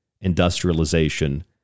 industrialization